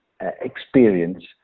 experience